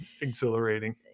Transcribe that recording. exhilarating